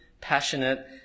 passionate